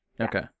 Okay